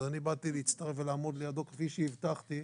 אז באתי להצטרף ולעמוד לידו כפי שהבטחתי,